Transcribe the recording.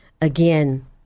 again